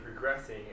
progressing